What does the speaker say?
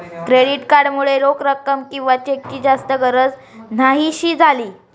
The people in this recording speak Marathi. क्रेडिट कार्ड मुळे रोख रक्कम किंवा चेकची जास्त गरज न्हाहीशी झाली